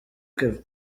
kevin